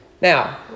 Now